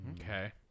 Okay